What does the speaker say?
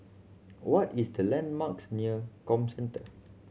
what is the landmarks near Comcentre